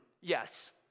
yes